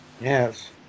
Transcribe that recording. Yes